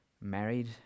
married